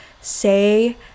say